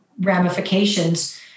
ramifications